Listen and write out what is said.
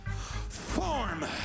form